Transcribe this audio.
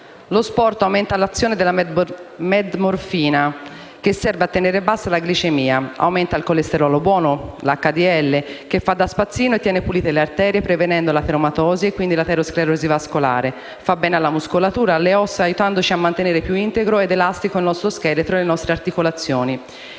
Lo sport aumenta l'azione della metmorfina, che serve a tenere bassa la glicemia, aumenta il colesterolo buono (HDL), che fa da spazzino e tiene pulite le arterie prevenendo l'ateromatosi e l'aterosclerosi vascolare; fa bene inoltre alla muscolatura e alle ossa, aiutandoci a mantenere più integro ed elastico il nostro scheletro e le nostre articolazioni.